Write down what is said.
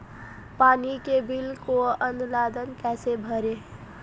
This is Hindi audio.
पानी के बिल को ऑनलाइन कैसे भरें?